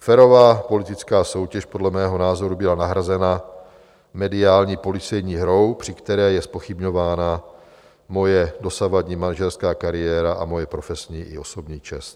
Férová politická soutěž podle mého názoru byla nahrazena mediální policejní hrou, při které je zpochybňována moje dosavadní manažerská kariéra a moje profesní i osobní čest.